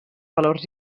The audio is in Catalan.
valors